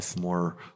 more